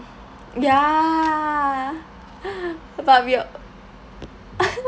ya but we all